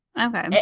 Okay